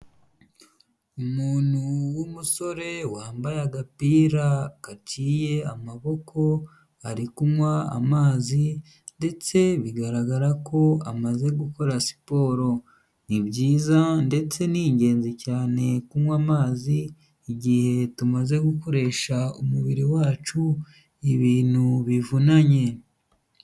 Umuntu w'umusore wambaye agapira gaciye amaboko, ari kunywa amazi ndetse bigaragara ko amaze gukora siporo. Ni byiza ndetse ni ingenzi cyane kunywa amazi igihe tumaze gukoresha umubiri wacu ibintu bivunanye.